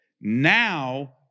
Now